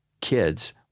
kids